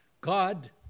God